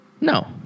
No